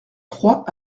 trois